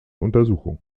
untersuchung